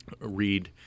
read